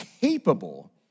capable